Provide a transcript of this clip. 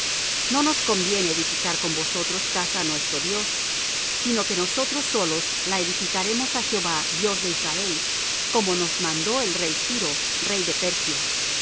no nos conviene edificar con vosotros casa á nuestro dios sino que nosotros solos la edificaremos á jehová dios de israel como nos mandó el rey ciro rey de persia mas